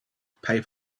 pay